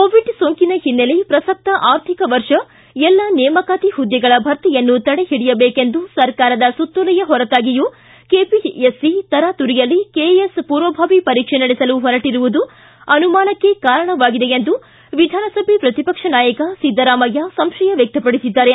Covid ಸೋಂಕಿನ ಹಿನ್ನೆಲೆ ಪ್ರಸಕ್ತ ಆರ್ಥಿಕ ವರ್ಷ ಎಲ್ಲ ನೇಮಕಾತಿ ಹುದ್ದೆಗಳ ಭರ್ತಿಯನ್ನು ತಡೆಹಿಡಿಯಬೇಕೆಂದು ಸರ್ಕಾರದ ಸುತ್ತೋಲೆಯ ಹೊರತಾಗಿಯೂ ಕೆಪಿಎಸ್ಸಿ ತರಾತುರಿಯಲ್ಲಿ ಕೆಎಎಸ್ ಪೂರ್ವಭಾವಿ ಪರೀಕ್ಷೆ ನಡೆಸಲು ಹೊರಟಿರುವುದು ಅನುಮಾನಕ್ಕೆ ಕಾರಣವಾಗಿದೆ ಎಂದು ವಿಧಾನಸಭೆ ಪ್ರತಿಪಕ್ಷ ನಾಯಕ ಸಿದ್ದರಾಮಯ್ಯ ಸಂಶಯ ವ್ಯಕ್ತಪಡಿಸಿದ್ದಾರೆ